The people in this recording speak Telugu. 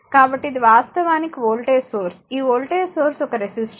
కాబట్టి ఇది వాస్తవానికి వోల్టేజ్ సోర్స్ ఈ వోల్టేజ్ సోర్స్ ఒక రెసిస్టర్